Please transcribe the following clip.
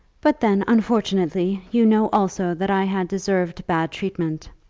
but then unfortunately you know also that i had deserved bad treatment.